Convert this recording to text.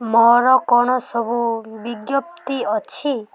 ମୋର କ'ଣ ସବୁ ବିଜ୍ଞପ୍ତି ଅଛି